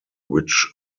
which